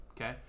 Okay